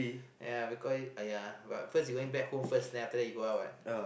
ya because uh ya cause you going home first then after that you going out what